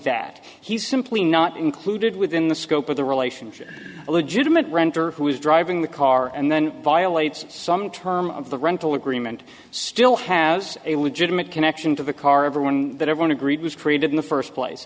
that he's simply not included within the scope of the relationship a legitimate renter who is driving the car and then violates some terms of the rental agreement still has a legitimate connection to the car everyone that everyone agreed was created in the first place